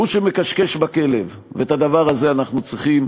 הוא שמכשכש בכלב, ואת הדבר הזה אנחנו צריכים,